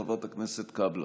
חברת הכנסת קאבלה,